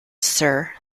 sir